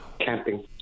camping